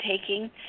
taking